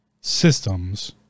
systems